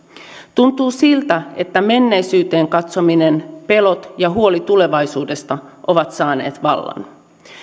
tuntuu siltä että menneisyyteen katsominen pelot ja huoli tulevaisuudesta ovat saaneet vallan